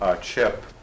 chip